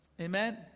Amen